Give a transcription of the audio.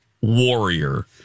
Warrior